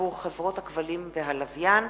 עבור חברות הכבלים והלוויין,